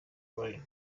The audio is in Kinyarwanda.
warren